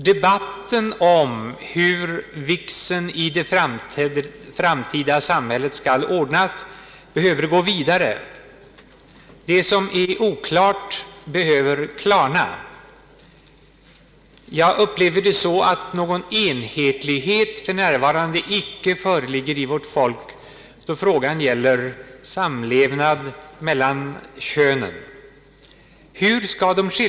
Debatten om hur vigseln i det framtida samhället skall ordnas behöver gå vidare. Det som är oklart behöver klarna. Jag upplever det så att någon enhetlighet beträffande inställningen till samlevnad mellan könen för närvarande icke föreligger hos vårt folk.